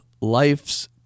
Life's